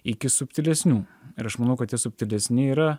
iki subtilesnių ir aš manau kad tie subtilesni yra